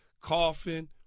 coughing